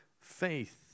faith